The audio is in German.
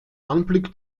anblick